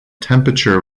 temperature